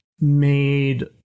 made